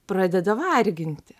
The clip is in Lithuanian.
pradeda varginti